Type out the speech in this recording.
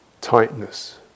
tightness